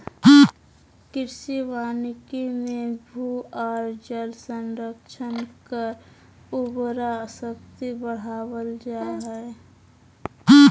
कृषि वानिकी मे भू आर जल संरक्षण कर उर्वरा शक्ति बढ़ावल जा हई